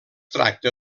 tracta